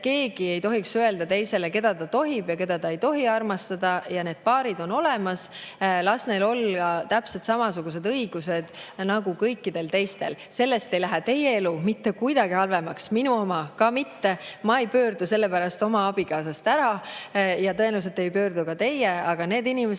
keegi ei tohiks öelda teisele, keda see tohib ja keda ei tohi armastada. Need paarid on olemas, las neil olla täpselt samasugused õigused nagu kõikidel teistel. Sellest ei lähe teie elu mitte kuidagi halvemaks, minu oma ka mitte. Ma ei pöördu sellepärast oma abikaasast ära ja tõenäoliselt ei pöördu ka teie. Aga need inimesed,